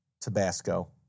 Tabasco